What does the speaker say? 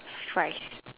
fries